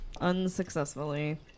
unsuccessfully